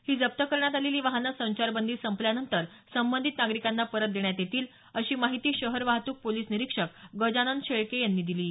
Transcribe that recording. ही जप्त करण्यात आलेली वाहने संचारबंदी संपल्यानंतर संबंधित नागरिकांना परत देण्यात येतील अशी माहिती शहर वाहतूक पोलीस निरीक्षक गजानन शेळके यांनी दिली आहे